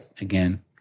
again